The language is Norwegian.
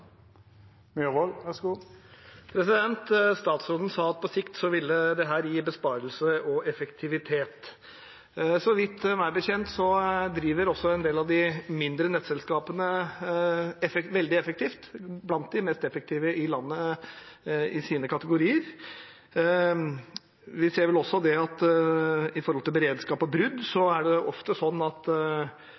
Statsråden sa at dette ville gi besparelse og effektivitet på sikt. Meg bekjent driver også en del av de mindre nettselskapene veldig effektivt og er blant de mest effektive i landet i sine kategorier. Vi ser vel også at når det gjelder beredskap og brudd, er det ofte slik at